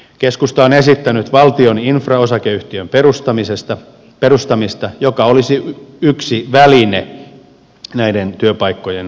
keskusta on esittänyt valtion infra osakeyhtiön perustamista joka olisi yksi väline näiden työpaikkojen luomiseen